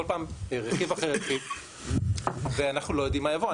כל פעם רכיב הרבה רכיב ואנחנו לא יודעים מה יבוא.